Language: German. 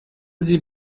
sie